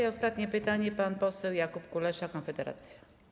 I ostatnie pytanie, pan poseł Jakub Kulesza, Konfederacja.